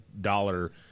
dollar